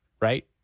right